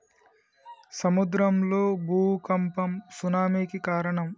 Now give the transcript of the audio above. సముద్రం లో భూఖంపం సునామి కి కారణం